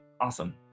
Awesome